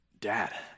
Dad